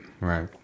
Right